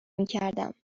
میکردم